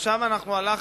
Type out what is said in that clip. ועכשיו הלכנו,